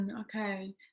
Okay